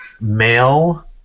Male